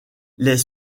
les